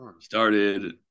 started